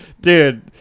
dude